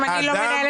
יש מנהל ועדה.